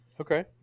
Okay